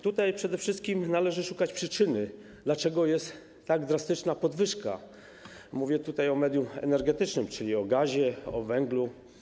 Tutaj przede wszystkim należy szukać przyczyny, dlaczego jest tak drastyczna podwyżka - mówię o medium energetycznym, czyli o gazie, o węglu.